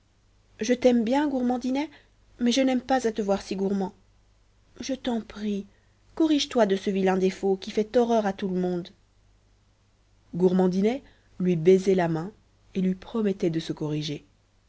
je t'aime bien gourmandinet mais je n'aime pas à te voir si gourmand je t'en prie corrige toi de ce vilain défaut qui fait horreur à tout le monde illustration le prince vint au-devant de la princesse fourbette gourmandinet lui baisait la main et lui promettait de se corriger